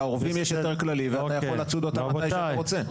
לעורבים יש היתר כללי ואתה יכול לצוד אותם מתי שאתה רוצה.